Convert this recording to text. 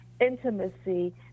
intimacy